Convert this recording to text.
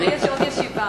לי יש עוד ישיבה.